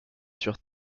sur